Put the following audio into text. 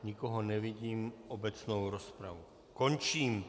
Nikoho nevidím, obecnou rozpravu končím.